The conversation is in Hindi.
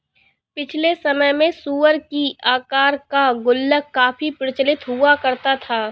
पिछले समय में सूअर की आकार का गुल्लक काफी प्रचलित हुआ करता था